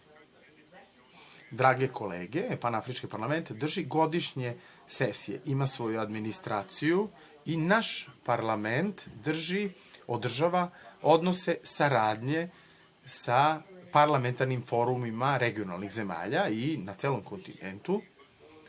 kolege, Panafrički parlament drži godišnje sesije, ima svoju administraciju i naš parlament održava odnose saradnje sa parlamentarnim forumima regionalnih zemalja i na celom kontinentu